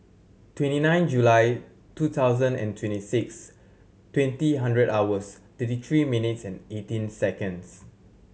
twenty nine July two thousand and twenty six twenty hundred hours thirty three minutes and eighteen seconds